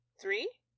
Three